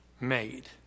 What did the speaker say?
made